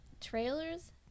trailers